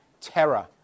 terror